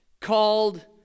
called